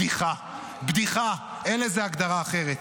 בדיחה, בדיחה, אין לזה הגדרה אחרת.